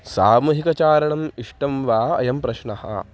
सामूहिकचारणम् इष्टं वा अयं प्रश्नः